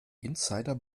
insider